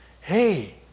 Hey